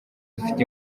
afite